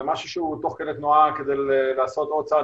זה משהו שהוא תוך כדי תנועה כדי לעשות עוד צעד